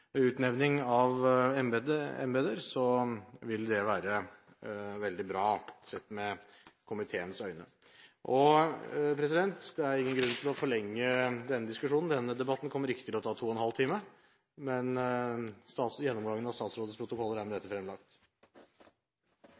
utnevning av embeter, ville det være veldig bra sett med komiteens øyne. Det er ingen grunn til å forlenge denne diskusjonen. Denne debatten kommer ikke til å ta to og en halv time, men gjennomgangen av statsrådets protokoller er med dette fremlagt.